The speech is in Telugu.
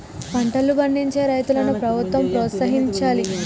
పంటలు పండించే రైతులను ప్రభుత్వం ప్రోత్సహించాలి